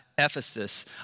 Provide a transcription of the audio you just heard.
Ephesus